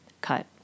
cut